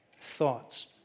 thoughts